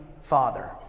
Father